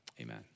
Amen